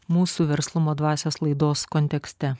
mūsų verslumo dvasios laidos kontekste